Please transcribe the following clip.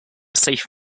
safe